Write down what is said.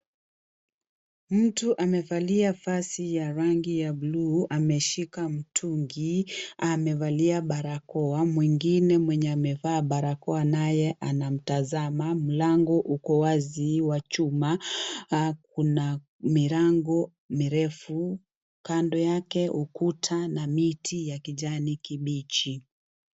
Mtu amevalia vazi ya rangi ya bluu, ameshika mtungi, amevalia barakoa, mwingine mwenye amevaa barakoa naye anamtazama. Mlango uko wazi wa chuma, kuna milango mirefu, kando yake ukuta na miti ya kijani kibichi.